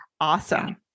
Awesome